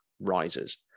rises